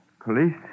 Police